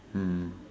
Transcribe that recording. mm